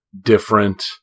different